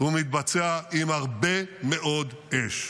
והוא מתבצע עם הרבה מאוד אש.